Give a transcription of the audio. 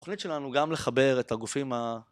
התוכנית שלנו גם לחבר את הגופים ה...